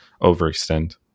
overextend